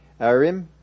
Arim